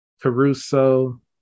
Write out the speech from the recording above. Caruso